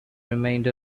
remained